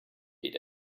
ate